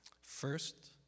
First